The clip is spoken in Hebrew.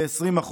ב-20%.